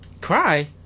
Cry